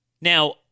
Now